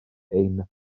ein